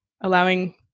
allowing